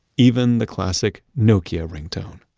even the classic nokia ringtone.